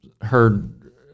heard